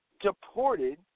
deported